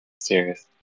Serious